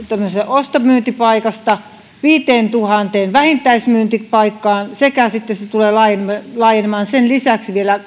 ostomyyntipaikasta viiteentuhanteen vähittäismyyntipaikkaan ja sitten se tulee laajenemaan sen lisäksi vielä